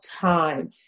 time